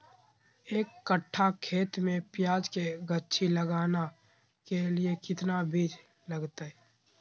एक कट्ठा खेत में प्याज के गाछी लगाना के लिए कितना बिज लगतय?